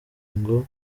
ngo